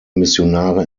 missionare